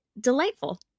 delightful